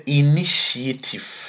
initiative